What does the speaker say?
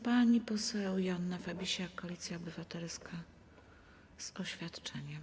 Pani poseł Joanna Fabisiak, Koalicja Obywatelska - oświadczenie.